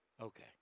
Okay